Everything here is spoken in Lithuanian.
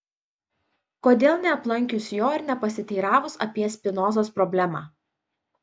kodėl neaplankius jo ir nepasiteiravus apie spinozos problemą